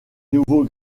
nouveau